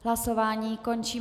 Hlasování končím.